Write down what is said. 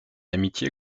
amitié